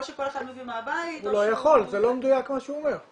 או כל אחד מביא מהבית או שהוא --- זה לא מדויק מה שהוא אומר.